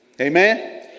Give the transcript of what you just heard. Amen